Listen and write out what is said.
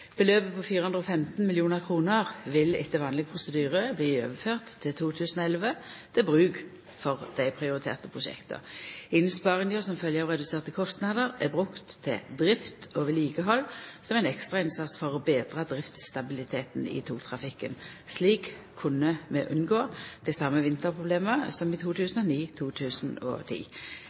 Beløpet på 415 mill. kr vil etter vanleg prosedyre bli overført til 2011 til bruk for dei prioriterte prosjekta. Innsparinga som følgje av reduserte kostnader er brukt til drift og vedlikehald som ein ekstra innsats for å betra driftsstabiliteten i togtrafikken. Slik kunne vi unngå dei same vinterproblema som i